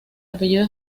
apellido